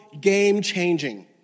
game-changing